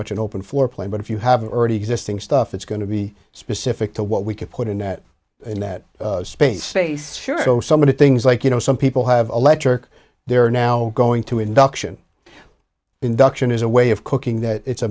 much an open floor plan but if you have an already existing stuff that's going to be specific to what we can put in that in that space space sure some of the things like you know some people have electric they're now going to induction induction is a way of cooking that it's a